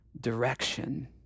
direction